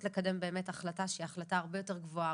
לקדם באמת החלטה שהיא החלטה הרבה יותר גבוהה,